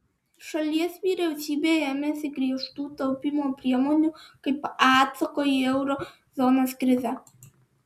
šalies vyriausybė ėmėsi griežtų taupymo priemonių kaip atsako į euro zonos krizę